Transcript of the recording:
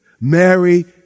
Mary